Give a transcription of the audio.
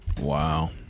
Wow